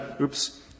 oops